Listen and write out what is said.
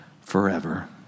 forever